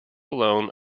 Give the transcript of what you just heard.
alone